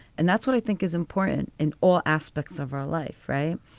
and that's what i think is important in all aspects of our life. right.